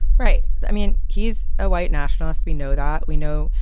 right? i mean, he's a white nationalist. we know that. we know,